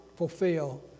Fulfill